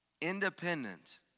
independent